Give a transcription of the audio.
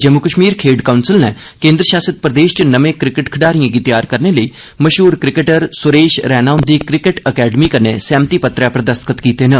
जम्मू कश्मीर खेड़ढ काउंसल नै केन्द्र शासित प्रदेश च नमें क्रिकेट खड़ढारिएं गी तैयार करने लेई मशहूर क्रिकेंटर सुरेश रैना हुंदी क्रिकेट अकैडमी कन्नै सैह्मति पत्तरै पर दस्तख्त कीते न